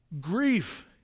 grief